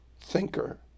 thinker